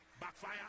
Backfire